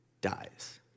dies